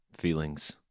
Feelings